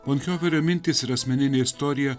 mintys ir asmeninė istorija